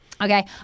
Okay